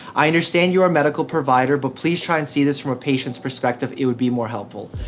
i understand you are a medical provider, but please try and see this from a patient's perspective. it would be more helpful.